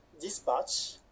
dispatch